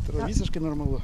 tai yra visiškai normalu